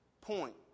point